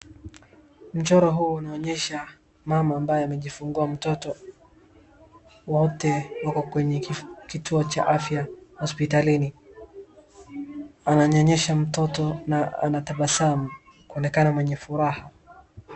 Mchoro huu unaonyesha mama ambaye amejifungua mtoto. Wote wako kwenye kituo cha afya, hosipitalini. Ananyonyesha mtoto na anatabasamu, kuonekana mwenye furaha.